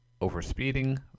over-speeding